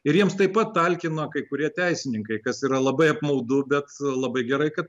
ir jiems taip pat talkino kai kurie teisininkai kas yra labai apmaudu bet labai gerai kad